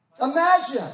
Imagine